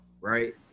right